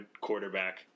quarterback